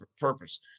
purpose